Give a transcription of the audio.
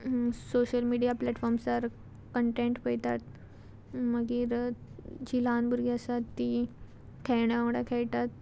social media प्लेटफॉर्मसार content पयतात मागीर जीं ल्हान भुरगीं आसात तीं खेळण्यां वांगडा खेळटात